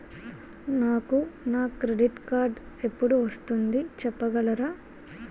నాకు నా credit card ఎపుడు వస్తుంది చెప్పగలరా?